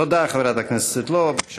תודה, חברת הכנסת סבטלובה.